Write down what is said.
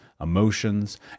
emotions